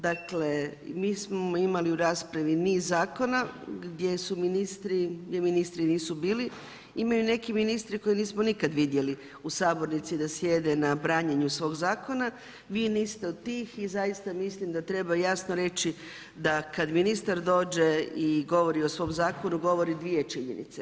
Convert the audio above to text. Dakle, mi smo imali u raspravi niz zakona gdje ministri nisu bili, imaju neki ministri koje nismo nikad vidjeli u sabornici da sjede na branjenju svog zakona, vi niste od tih i zaista mislim da treba jasno reći da kad ministar dođe i govori o svom zakonu, govori dvije činjenice.